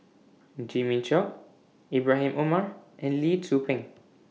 Jimmy Chok Ibrahim Omar and Lee Tzu Pheng